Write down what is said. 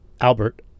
albert